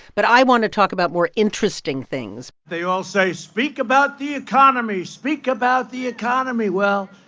but i want to talk about more interesting things they all say speak about the economy. speak about the economy. well,